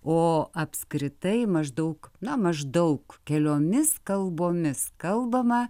o apskritai maždaug na maždaug keliomis kalbomis kalbama